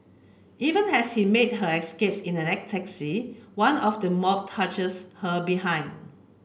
even as she made her escape in a taxi one of the mob touches her behind